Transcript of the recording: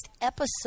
episode